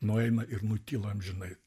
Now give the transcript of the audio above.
nueina ir nutyla amžinai